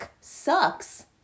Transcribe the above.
sucks